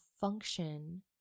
function